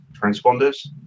transponders